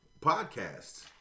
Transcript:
podcasts